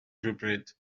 rhywbryd